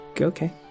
okay